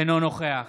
אינו נוכח